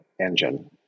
engine